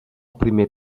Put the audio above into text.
primer